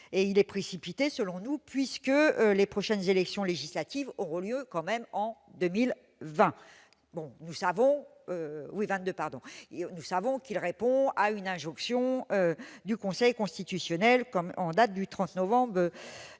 de plus précipitée puisque les prochaines élections législatives n'auront lieu qu'en 2022. Nous savons qu'elle répond à une injonction du Conseil constitutionnel en date du 30 novembre 2017.